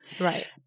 Right